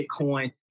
bitcoin